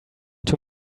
too